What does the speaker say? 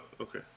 okay